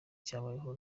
cyabayeho